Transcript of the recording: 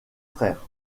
frères